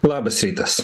labas rytas